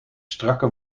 strakke